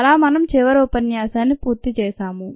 అలా మనం చివరి ఉపన్యాసాన్ని పూర్తి చేసాము